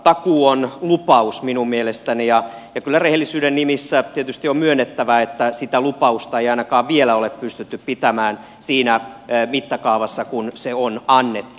takuu on lupaus minun mielestäni ja kyllä rehellisyyden nimissä tietysti on myönnettävä että sitä lupausta ei ainakaan vielä ole pystytty pitämään siinä mittakaavassa kuin se on annettu